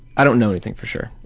i don't know anything for sure,